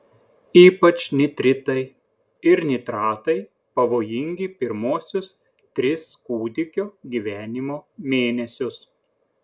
ypač nitritai ir nitratai pavojingi pirmuosius tris kūdikio gyvenimo mėnesius